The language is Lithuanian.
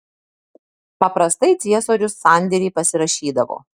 paprastai ciesorius sandėrį pasirašydavo